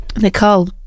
Nicole